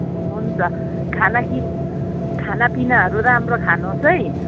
हुन्छ खाना कि खाना पिनाहरू राम्रो खानुहोस् है